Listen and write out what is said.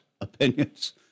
opinions